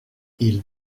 ils